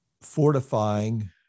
fortifying